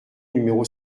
numéro